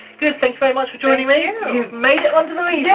good, thanks very much for joining me. you've made it onto the yeah